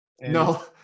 No